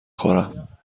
خورم